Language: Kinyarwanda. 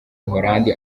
buholandi